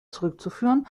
zurückzuführen